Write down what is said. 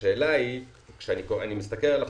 אני מסתכל על החוק,